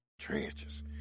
Trenches